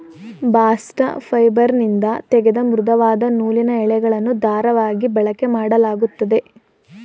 bast ಫೈಬರ್ನಿಂದ ತೆಗೆದ ಮೃದುವಾದ ನೂಲಿನ ಎಳೆಗಳನ್ನು ದಾರವಾಗಿ ಬಳಕೆಮಾಡಲಾಗುತ್ತದೆ